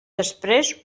després